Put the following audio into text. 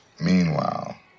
Meanwhile